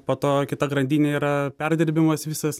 po to kita grandinė yra perdirbimas visas